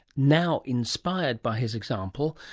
now, inspired by his example,